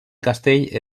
castell